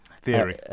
theory